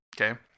Okay